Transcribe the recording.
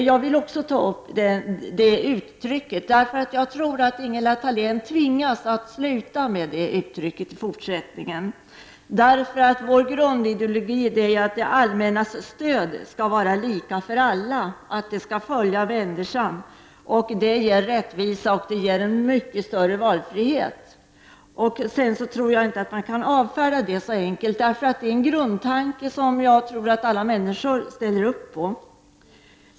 Jag vill också ta upp detta uttryck. Jag tror att Ingela Thalén kommer att tvingas sluta använda detta uttryck i fortsättningen. Vår grundideologi går nämligen ut på att det allmännas stöd skall vara lika för alla, att det skall följa människan. Detta ger rättvisa och en mycket större valfrihet. Jag menar att man inte kan avfärda detta så enkelt eftersom det är en grundtanke som jag tror att alla människor ställer upp på.